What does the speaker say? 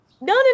no